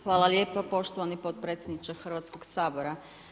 Hvala lijepo poštovani potpredsjedniče Hrvatskog sabora.